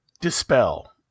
dispel